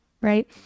right